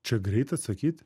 čia greit atsakyti